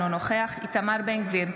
אינו נוכח איתמר בן גביר,